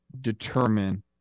determine